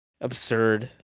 absurd